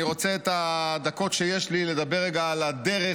אני רוצה את הדקות שיש לי לדבר רגע על הדרך